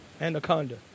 anaconda